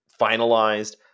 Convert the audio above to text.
finalized